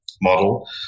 model